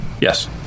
Yes